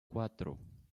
cuatro